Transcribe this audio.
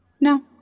No